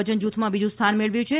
વજન જૂથમાં બીજુ સ્થાન મેળવ્યું છે